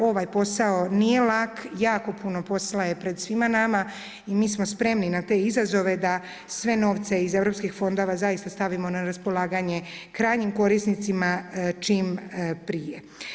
Ovaj posao nije lak, jako puno posla je pred svima nama i mi smo spremni na te izazove da sve novce iz europskih fondova zaista stavimo na raspolaganje krajnjim korisnicima čim prije.